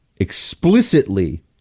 explicitly